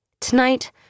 Tonight